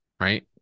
Right